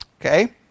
Okay